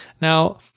Now